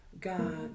God